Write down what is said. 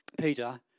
Peter